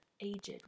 aged